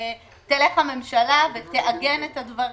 הממשלה תעגן את הדברים.